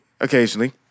Occasionally